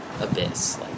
abyss